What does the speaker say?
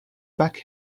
back